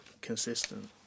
consistent